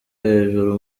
hejuru